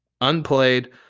Unplayed